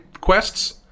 quests